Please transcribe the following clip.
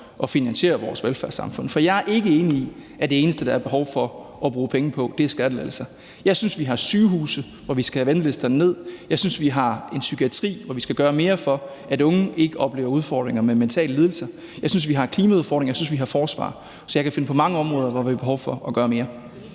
at finansiere vores velfærdssamfund. For jeg er ikke enig i, at det eneste, der er behov for at bruge penge på, er skattelettelser. Jeg synes, at vi har nogle sygehuse, hvor vi skal have bragt ventelisterne ned; jeg synes, at vi har en psykiatri, hvor vi skal gøre mere for, at unge ikke oplever udfordringer med mentale lidelser; jeg synes, at vi har klimaudfordringer; jeg synes, at vi har forsvaret at tænke på. Så jeg kan finde på mange områder, hvor vi har behov for at gøre mere.